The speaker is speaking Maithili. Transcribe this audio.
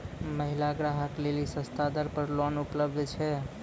महिला ग्राहक लेली सस्ता दर पर लोन उपलब्ध छै?